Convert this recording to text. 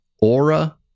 Aura